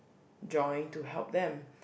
join to help them